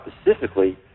Specifically